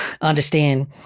understand